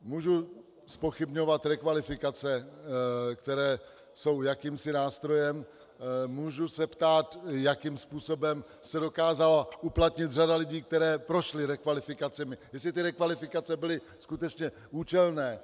Můžu zpochybňovat rekvalifikace, které jsou jakýmsi nástrojem, můžu se ptát, jakým způsobem se dokázala uplatnit řada lidí, kteří prošli rekvalifikacemi, jestli ty rekvalifikace byly skutečně účelné.